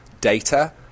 data